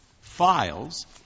files